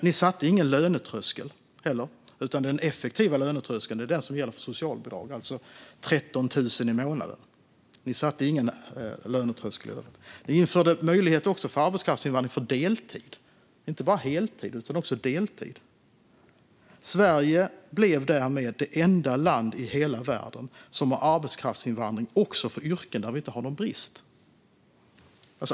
Ni satte ingen lönetröskel, utan den effektiva lönetröskeln är den som gäller för socialbidrag, alltså 13 000 kronor i månaden. Ni införde möjlighet för arbetskraftsinvandring för deltid och inte bara heltid. Sverige blev därmed det enda land i hela världen som har arbetskraftsinvandring också för yrken där vi inte har någon brist.